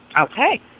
Okay